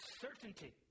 certainty